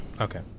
Okay